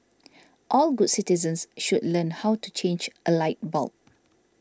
all good citizens should learn how to change a light bulb